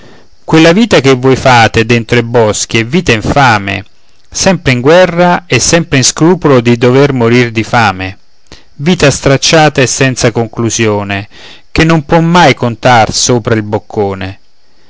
quella vita che voi fate dentro ai boschi è vita infame sempre in guerra e sempre in scrupolo di dover morir di fame vita stracciata e senza conclusione che non può mai contar sopra il boccone